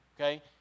okay